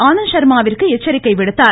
ஆனந்த் ஷர்மாவிற்கு எச்சரிக்கை விடுத்தார்